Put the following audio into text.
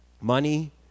money